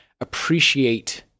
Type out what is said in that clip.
appreciate